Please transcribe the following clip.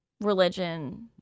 religion